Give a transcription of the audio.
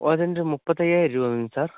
ഓ അത് എന്താണ് മുപ്പത്തി അഞ്ചായിരം രൂപ ഉം സാര്